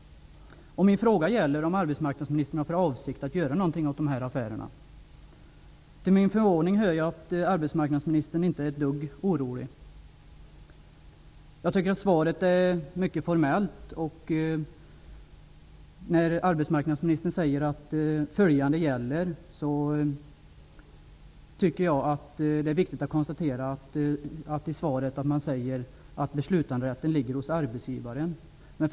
Min fråga är om arbetsmarknadsministern har för avsikt att göra någonting åt dessa affärer. Till min förvåning hör jag att arbetsmarknadsministern inte är ett dugg orolig. Jag tycker att svaret är mycket formellt. Arbetsmarknadsministern säger att beslutanderätten ligger hos arbetsgivaren.